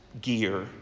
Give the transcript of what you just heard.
gear